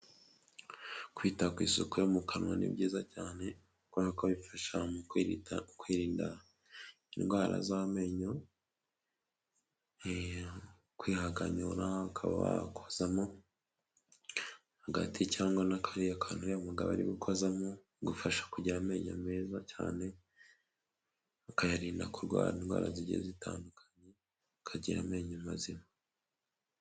Kwita ku isuku yo mu kanwa ni byiza cyane, kuberako bifasha mu kwirinda indwara z'amenyo, kwihanganyura ukaba wakozamo agati cyangwa na kariya kantu uriya mugabo ari gukoza, bigufasha kugira amenyo meza cyane, ukayarinda kurwara indwara zijyiye zitandukanye, ukagira amenyo mazima.